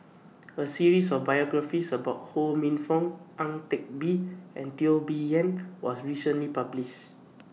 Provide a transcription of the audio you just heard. A series of biographies about Ho Minfong Ang Teck Bee and Teo Bee Yen was recently published